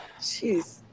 Jeez